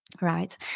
right